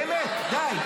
באמת, די.